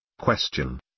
Question